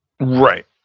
Right